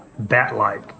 bat-like